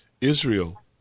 Israel